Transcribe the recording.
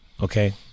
Okay